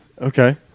Okay